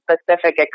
specific